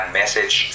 message